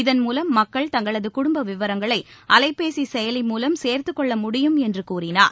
இதன் மூலம் மக்கள் தங்களது குடும்ப விவரங்களை அலைபேசி செயலி மூலம் சேர்த்துக்கொள்ள முடியும் என்று கூறினார்